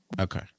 Okay